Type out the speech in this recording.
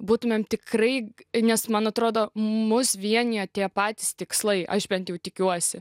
būtumėm tikrai nes man atrodo mus vienija tie patys tikslai aš bent jau tikiuosi